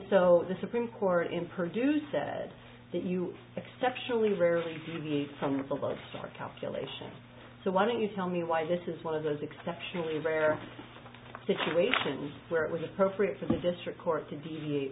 so the supreme court in produce said that you exceptionally rarely deviate from the lodestar calculation so why don't you tell me why this is one of those exceptionally rare situations where it was appropriate for the district court to deviate